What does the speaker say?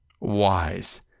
Wise